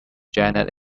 janet